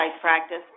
practice